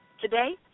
today